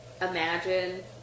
Imagine